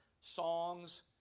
songs